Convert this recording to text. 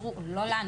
לא לנו,